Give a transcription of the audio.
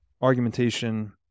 argumentation